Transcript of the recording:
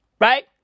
right